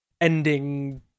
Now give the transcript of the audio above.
ending